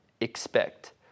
expect